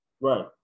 Right